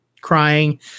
crying